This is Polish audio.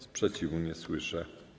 Sprzeciwu nie słyszę.